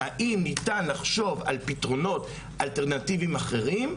האם ניתן לחשוב על פתרונות אלטרנטיביים אחרים,